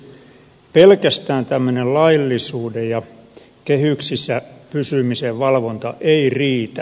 pelkästään tämmöinen laillisuuden ja kehyksissä pysymisen valvonta ei riitä